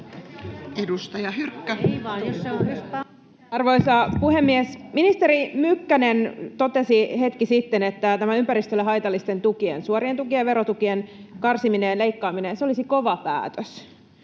Arvoisa puhemies! Ministeri Mykkänen totesi hetki sitten, että ympäristölle haitallisten tukien, suorien tukien, verotukien, karsiminen ja leikkaaminen olisi kova päätös.